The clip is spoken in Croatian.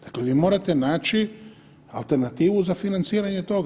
Dakle, vi morate naći alternativu za financiranje toga.